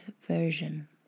version